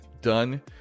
done